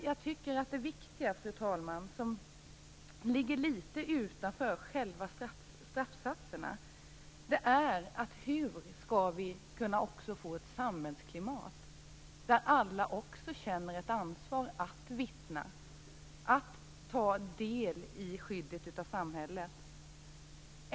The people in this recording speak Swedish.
Jag tycker att det viktiga, och det som ligger litet utanför själva straffsatserna, också är hur vi skall kunna få ett samhällsklimat där alla också känner ett ansvar att vittna och ta del i skyddet av samhället.